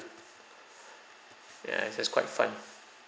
ya it's that's quite fun